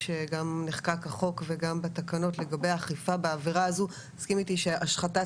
כשגם נחקק החוק וגם בתקנות לגבי האכיפה תסכימי איתי שהשחתת